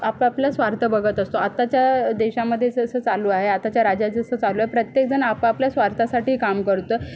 आपापला स्वार्थ बघत असतो आताच्या देशामध्ये जसं चालू आहे आताच्या राज्यात जसं चालू आहे प्रत्येकजण आपापला स्वार्थासाठी काम करतो